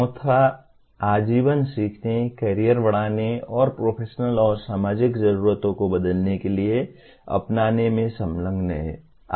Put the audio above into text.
चौथा आजीवन सीखने कैरियर बढ़ाने और प्रोफेशनल और सामाजिक जरूरतों को बदलने के लिए अपनाने में संलग्न है